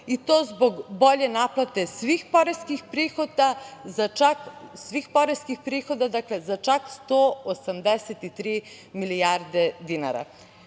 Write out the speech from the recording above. i to zbog bolje naplate svih poreskih prihoda za čak 183 milijarde dinara.